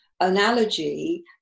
analogy